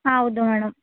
ಹಾಂ ಹೌದು ಮೇಡಮ್